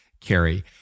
carry